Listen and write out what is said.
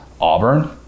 Auburn